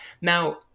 now